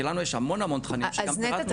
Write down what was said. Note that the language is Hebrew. כי לנו יש המון המון תכנים --- אז נטע,